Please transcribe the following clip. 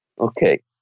okay